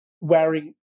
wearing